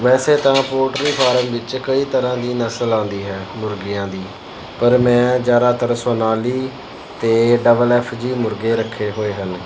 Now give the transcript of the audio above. ਵੈਸੇ ਤਾਂ poultry farm ਵਿੱਚ ਕਈ ਤਰ੍ਹਾਂ ਦੀ ਨਸਲ ਆਉਂਦੀ ਹੈ ਮੁਰਗੀਆਂ ਦੀ ਪਰ ਮੈਂ ਜ਼ਿਆਦਾਤਰ ਸੋਨਾਲੀ ਅਤੇ ਡਬਲ ਐਫ ਜੀ ਮੁਰਗੇ ਰੱਖੇ ਹੋਏ ਹਨ